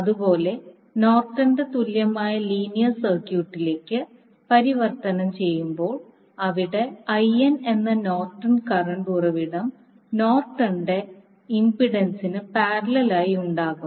അതുപോലെ നോർട്ടന്റെ തുല്യമായ ലീനിയർ സർക്യൂട്ടിലേക്ക് പരിവർത്തനം ചെയ്യുമ്പോൾ അവിടെ എന്ന നോർട്ടൻ കറണ്ട് ഉറവിടം നോർട്ടന്റെ ഇംപെഡൻസിന് പാരലൽ ആയി ഉണ്ടാകും